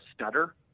stutter